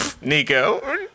Nico